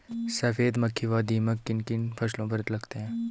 सफेद मक्खी व दीमक किन किन फसलों पर लगते हैं?